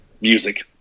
Music